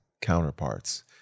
counterparts